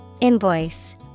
Invoice